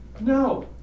no